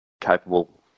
capable